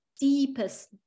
deepest